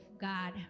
God